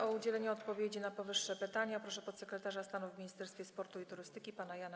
O udzielenie odpowiedzi na powyższe pytania proszę podsekretarza stanu w Ministerstwie Sportu i Turystyki pana Jana